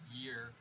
year